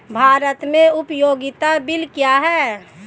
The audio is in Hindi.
भारत में उपयोगिता बिल क्या हैं?